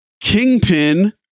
Kingpin